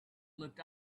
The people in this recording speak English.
looked